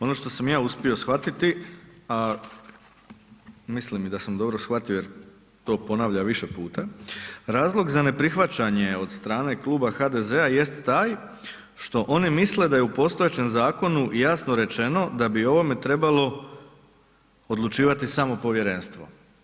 Ono što sam ja uspio shvatiti, a mislim i da sam dobro shvatio jer to ponavlja više puta, razlog za neprihvaćanje od strane Kluba HDZ-a jest taj što oni misle da je u postojećem zakonu jasno rečeno da bi o ovome trebalo odlučivati samo povjerenstvo.